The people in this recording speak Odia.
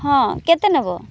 ହଁ କେତେ ନବ